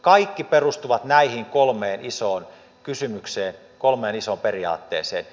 kaikki perustuvat näihin kolmeen isoon kysymykseen kolmeen isoon periaatteeseen